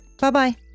Bye-bye